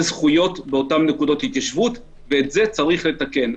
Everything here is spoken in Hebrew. זכויות באותן נקודות התיישבות ואת זה צריך לתקן.